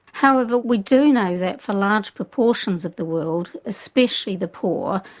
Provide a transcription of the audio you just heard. however, we do know that for large proportions of the world, especially the poor,